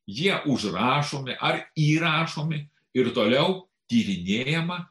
jie užrašomi ar įrašomi ir toliau tyrinėjama